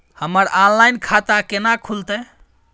हमर ऑनलाइन खाता केना खुलते?